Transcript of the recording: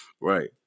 Right